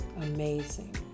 amazing